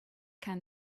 can